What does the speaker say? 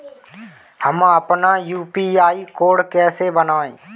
हम अपना UPI code कैसे बनाएँ?